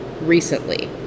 recently